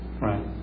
Right